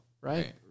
right